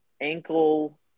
ankle